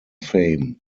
fame